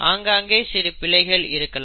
ஆங்காங்கே சிறு பிழைகள் இருக்கலாம்